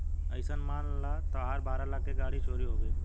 अइसन मान ल तहार बारह लाख के गाड़ी चोरी हो गइल